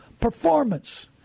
Performance